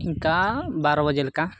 ᱤᱱᱠᱟ ᱵᱟᱨᱚ ᱵᱟᱡᱮ ᱞᱮᱠᱟ